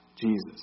Jesus